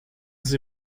sie